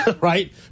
right